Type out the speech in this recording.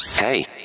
Hey